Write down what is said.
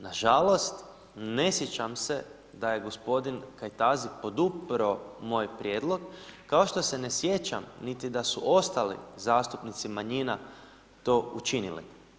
Nažalost, ne sjećam se da je g. Kajtazi podupro moj prijedlog, kao što se ne sjećam niti da su ostali zastupnici manjina to učinili.